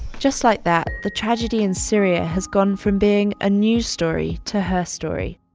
just like that, the tragedy in syria has gone from being a news story to her story.